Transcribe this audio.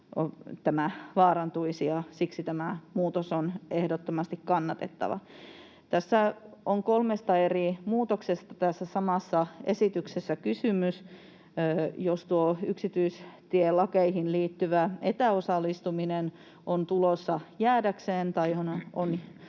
tämä vaarantuisi, ja siksi tämä muutos on ehdottomasti kannatettava. Tässä samassa esityksessä on kysymys kolmesta eri muutoksesta. Jos tuo yksityistielakeihin liittyvä etäosallistuminen on tulossa jäädäkseen tai on